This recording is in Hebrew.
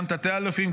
גם תתי-אלופים.